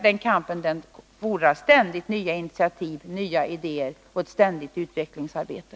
Den kampen fordrar hela tiden nya initiativ, nya idéer och ett ständigt utvecklingsarbete.